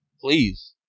please